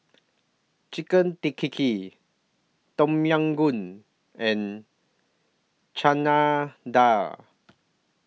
Chicken Tea Kii Kii Tom Yam Goong and Chana Dal